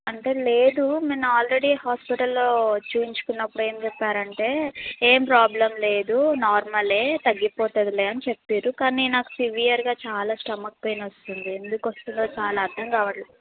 అంటే లేదు నేను ఆల్రెడీ హాస్పిటల్లో చూయించుకున్నపుడు ఏం చెప్పారు అంటే ఏం ప్రాబ్లం లేదు నార్మలే తగ్గిపోతుందిలే అని చెప్పారు కానీ నాకు సివియర్గా చాలా స్టమక్ పెయిన్ వస్తుంది ఎందుకు వస్తుందో చాలా అర్థం కావట్లేదు